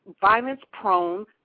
violence-prone